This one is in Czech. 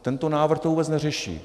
Tento návrh to vůbec neřeší.